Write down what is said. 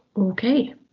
ok,